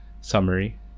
summary